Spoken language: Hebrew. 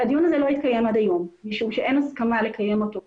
הדיון הזה לא התקיים עד היום משום שאין הסכמה לקיים אותו ב-זום.